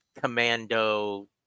commando